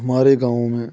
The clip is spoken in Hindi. हमारे गाँव में